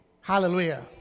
Hallelujah